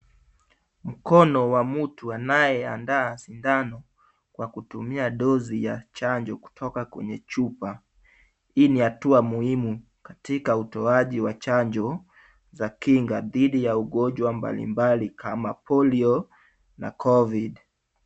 Mkono wa mtu anayeandaa sindano kwa kutumia dozi ya chanjo kutoka kwenye chupa. Hii ni hatua muhimu katika utoaji wa chanjo za kinga dhidi ya ugonjwa mbalimbali kama polio na covid.